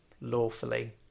lawfully